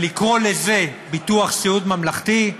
אבל לקרוא לזה ביטוח סיעוד ממלכתי,